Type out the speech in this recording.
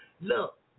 Look